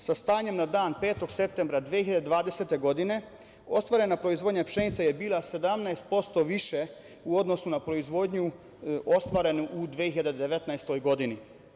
Sa stanjem na dan 5. septembra 2020. godine ostvarena proizvodnje pšenice je bila 17% više u odnosu na proizvodnju ostvarenu u 2019. godini.